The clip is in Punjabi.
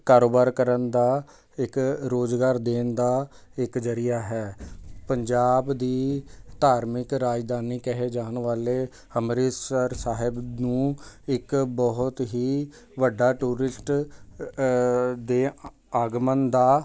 ਕਾਰੋਬਾਰ ਕਰਨ ਦਾ ਇੱਕ ਰੋਜ਼ਗਾਰ ਦੇਣ ਦਾ ਇੱਕ ਜ਼ਰੀਆ ਹੈ ਪੰਜਾਬ ਦੀ ਧਾਰਮਿਕ ਰਾਜਧਾਨੀ ਕਿਹੇ ਜਾਣ ਵਾਲੇ ਅੰਮ੍ਰਿਤਸਰ ਸਾਹਿਬ ਨੂੰ ਇੱਕ ਬਹੁਤ ਹੀ ਵੱਡਾ ਟੂਰਿਸਟ ਦੇ ਆਗਮਨ ਦਾ